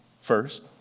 first